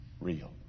real